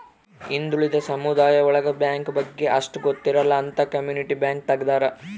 ಹಿಂದುಳಿದ ಸಮುದಾಯ ಒಳಗ ಬ್ಯಾಂಕ್ ಬಗ್ಗೆ ಅಷ್ಟ್ ಗೊತ್ತಿರಲ್ಲ ಅಂತ ಕಮ್ಯುನಿಟಿ ಬ್ಯಾಂಕ್ ತಗ್ದಾರ